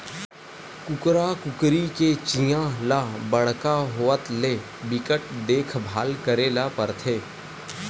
कुकरा कुकरी के चीया ल बड़का होवत ले बिकट देखभाल करे ल परथे